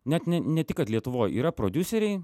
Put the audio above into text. net ne ne tik kad lietuvoj yra prodiuseriai